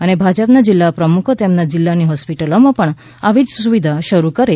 અને ભાજપના જિલ્લા પ્રમુખો તેમના જિલ્લાની હોસ્પિટલોમાં પણ આવી જ સુવિધા શરૂ કરે તેવી આશા છે